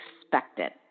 expected